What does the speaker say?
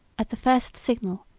at the first signal,